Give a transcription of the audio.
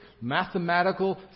mathematical